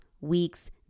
weeks